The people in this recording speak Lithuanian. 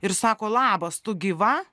ir sako labas tu gyva